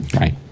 right